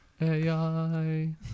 AI